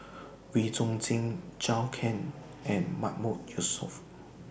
Wee Chong Jin Zhou Can and Mahmood Yusof